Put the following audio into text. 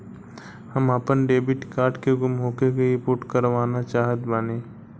हम आपन debit card के गुम होखे के रिपोर्ट करवाना चाहत बानी